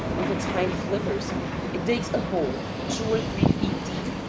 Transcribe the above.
with its hind flippers it digs a hole two or three feet deep,